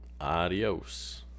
adios